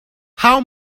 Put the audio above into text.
how